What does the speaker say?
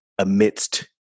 amidst